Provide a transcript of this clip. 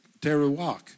Teruak